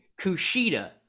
Kushida